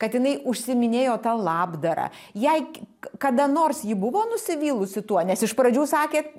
kad jinai užsiiminėjo ta labdara jei kada nors ji buvo nusivylusi tuo nes iš pradžių sakėt